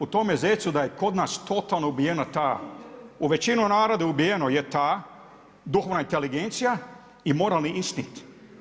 U tome zecu da je kod nas, totalno ubijena ta, u većinu naroda, ubijeno je ta duhovna inteligencija i moralni instinkt.